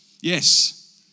Yes